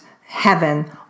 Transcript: heaven